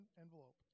envelope